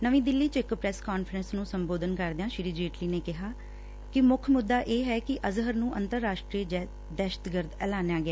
ਨਵੀਂ ਦਿੱਲੀ ਚ ਇਕ ਪ੍ਰੈਸ ਕਾਨਫਰੰਸ ਨੂੰ ਸੰਬੋਧਨ ਕਰਦਿਆਂ ਸ੍ਰੀ ਜੇਟਲੀ ਨੇ ਕਿਹਾ ਕਿ ਮੁੱਖ ਮੁੱਦਾ ਇਹ ਏ ਕਿ ਅਜਹਰ ਨੂੰ ਅੰਤਰਰਾਸਟਰੀ ਦਹਿਸ਼ਤਗਰਦ ਐਲਾਨਿਆ ਗਿਆ